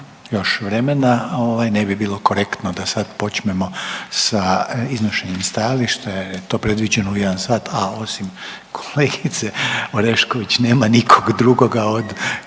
još vremena ne bi bilo korektno da sa počmemo sa iznošenjem stajališta je to predviđeno u jedan sat, a osim kolegice Orešković nema nikog drugoga od